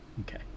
Okay